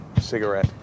cigarette